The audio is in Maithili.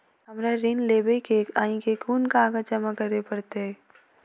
हमरा ऋण लेबै केँ अई केँ कुन कागज जमा करे पड़तै?